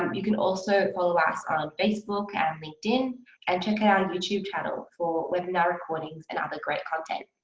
um you can also follow us on facebook and linkedin and check our and youtube channel for webinar recordings and other great content.